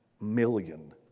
million